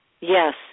Yes